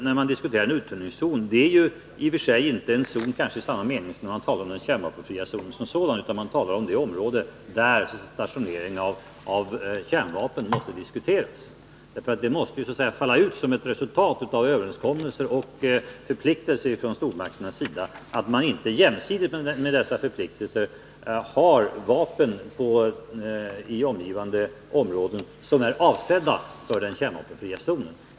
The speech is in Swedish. När man diskuterar en uttunningszon gäller det i och för sig inte en zon i samma mening som när man talar om kärnvapenfria zoner, utan man talar om det område där stationering av kärnvapen måste diskuteras. Det måste givetvis falla ut som ett resultat av överenskommelser och förpliktelser från stormakternas sida, att de inte jämsides med dessa förpliktelser har vapen i omgivande områden avsedda för den kärnvapenfria zonen.